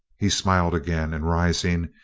he smiled again and rising,